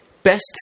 Best